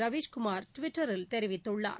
ரவிஷ் குமார் டிவிட்டரில் தெரிவித்துள்ளார்